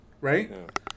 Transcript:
right